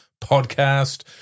Podcast